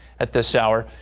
at this hour.